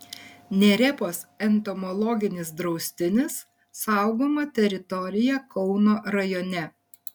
nerėpos entomologinis draustinis saugoma teritorija kauno rajone